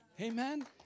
Amen